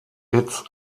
hits